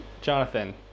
Jonathan